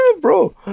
bro